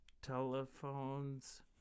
Telephones